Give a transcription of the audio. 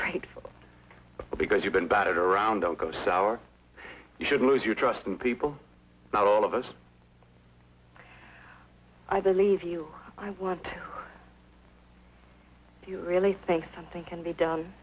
grateful because you've been batted around don't go sour you should lose your trust in people not all of us i believe you i what you really think something can be done